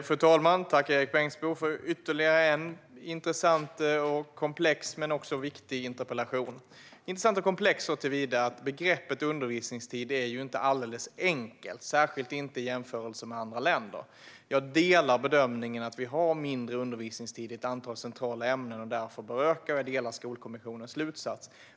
Fru talman! Tack för ytterligare en inte bara intressant och komplex utan även viktig interpellation, Erik Bengtzboe! Den är intressant och komplex såtillvida att begreppet "undervisningstid" inte är alldeles enkelt, särskilt inte i jämförelse med andra länder. Jag delar bedömningen att vi har mindre undervisningstid i ett antal centrala ämnen och därför bör öka den, och jag delar Skolkommissionens slutsats.